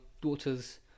daughter's